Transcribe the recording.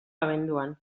abenduan